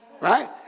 Right